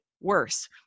Worse